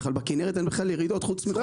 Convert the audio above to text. בכנרת אין בכלל ירידות חוץ מחוף דקל.